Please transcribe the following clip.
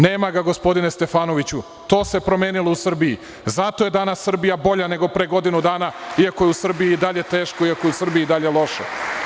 Nema ga, gospodine Stefanoviću, to se promenilo u Srbiji, zato je danas Srbija bolja nego pre godinu dana, iako je u Srbiji i dalje teško i ako je u Srbiji i dalje loše.